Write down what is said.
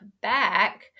back